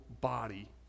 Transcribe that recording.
body